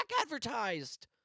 advertised